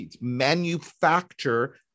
manufacture